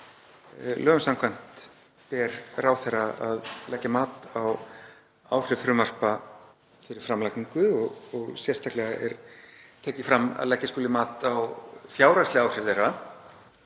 Lögum samkvæmt ber ráðherra að leggja mat á áhrif frumvarpa fyrir framlagningu og sérstaklega er tekið fram að leggja skuli mat á fjárhagsleg áhrif þeirra,